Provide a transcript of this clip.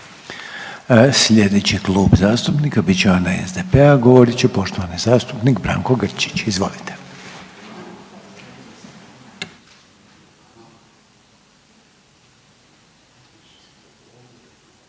Slijedeći Klub zastupnika bit će onaj SDP-a, a govorit će poštovani zastupnik Branko Grčić, izvolite.